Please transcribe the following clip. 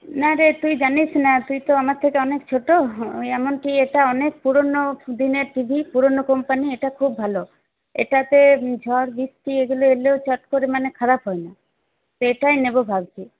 না রে তুই জানিস না তুই তো আমার থেকে অনেক ছোট এমনকি এটা অনেক পুরনো দিনের টিভি পুরোনো কোম্পানি এটা খুব ভালো এটাতে ঝড় বৃষ্টি এগুলো এলেও চট করে মানে খারাপ হয় না এটাই নেব ভাবছি